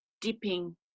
dipping